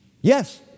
Yes